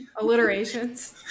Alliterations